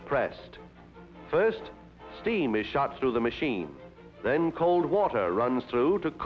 pressed first steam a shot through the machine then cold water runs through t